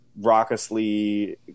raucously